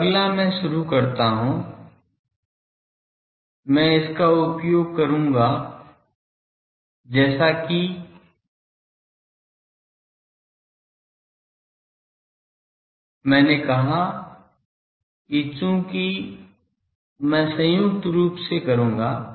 अब अगला मैं शुरू करता हूं मैं इसका उपयोग करूंगा जैसा कि मैंने कहा कि चूंकि मैं संयुक्त रूप से करूंगा